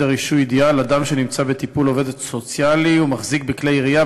הרישוי ידיעה על אדם שנמצא בטיפול עובד סוציאלי ומחזיק בכלי ירייה,